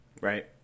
Right